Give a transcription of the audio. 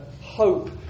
Hope